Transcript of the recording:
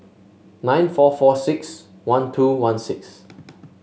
nine four four six one two one six